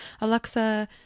Alexa